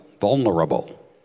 vulnerable